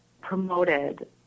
promoted